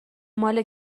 مال